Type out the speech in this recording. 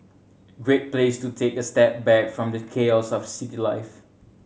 great place to take a step back from the chaos of city life